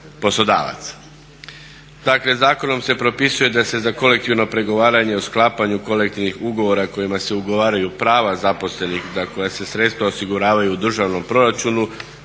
Dakle zakonom se propisuje da se za kolektivno pregovaranje o sklapanju kolektivnih ugovora kojima se ugovaraju prava zaposlenih, koja se sredstva osiguravaju u državnom proračunu